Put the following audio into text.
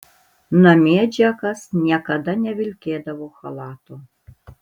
namie džekas niekada nevilkėdavo chalato